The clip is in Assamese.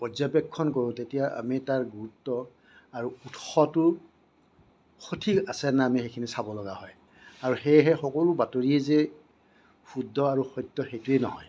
পৰ্যবেক্ষণ কৰোঁ তেতিয়া আমি তাৰ গুৰুত্ব আৰু উৎসটো সঠিক আছেনে নাই আমি সেইখিনি চাব লগা হয় আৰু সেয়েহে সকলো বাতৰিয়ে যে শুদ্ধ আৰু সত্য সেইটোয়েই নহয়